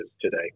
today